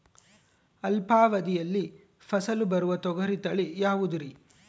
ಅಲ್ಪಾವಧಿಯಲ್ಲಿ ಫಸಲು ಬರುವ ತೊಗರಿ ತಳಿ ಯಾವುದುರಿ?